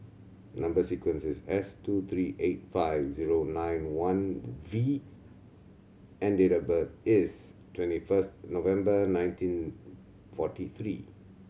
number sequence is S two three eight five zero nine one V and date of birth is twenty first November nineteen forty three